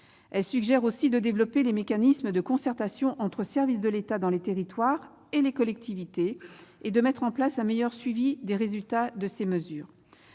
aussi suggéré de développer les mécanismes de concertation entre services de l'État dans les territoires et les collectivités, et de mettre en place un meilleur suivi des résultats de ces mesures.